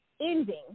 ending